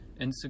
Instagram